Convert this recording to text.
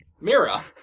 Mira